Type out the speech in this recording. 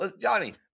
Johnny